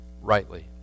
rightly